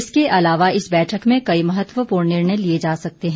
इसके अलावा इस बैठक में कई महत्वपूर्ण निर्णय लिए जा सकते है